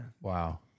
Wow